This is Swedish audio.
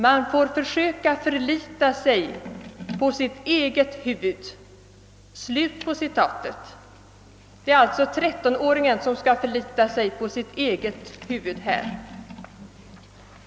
Man får försöka förlita sig på sitt eget huvud.» En trettonåring ska alltså här förlita sig på sitt eget huvud!